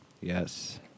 Yes